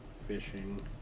fishing